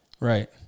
Right